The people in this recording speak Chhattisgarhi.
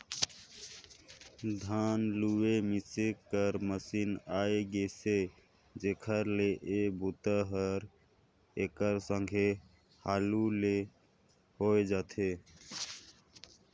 धान लूए मिसे कर मसीन आए गेइसे जेखर ले ए बूता हर एकर संघे हालू ले होए जाथे